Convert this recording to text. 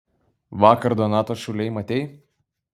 vakar donatą šūlėj matei